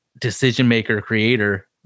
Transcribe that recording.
decision-maker-creator